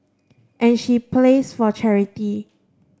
and she plays for charity